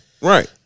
Right